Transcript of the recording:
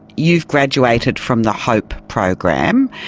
you've graduated from the hope program.